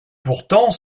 pourtant